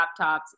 laptops